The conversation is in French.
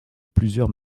plusieurs